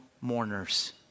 mourners